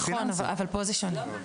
נכון, אבל כאן זה שונה.